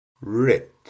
Rit